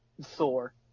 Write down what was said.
Thor